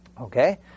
Okay